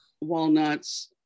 walnuts